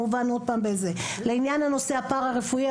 לעניין נושא הפרא-רפואי,